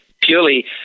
purely